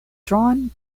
drawn